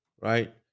right